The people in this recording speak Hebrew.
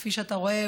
כפי שאתה רואה,